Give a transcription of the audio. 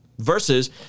versus